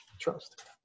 trust